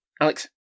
Alex